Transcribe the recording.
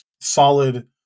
solid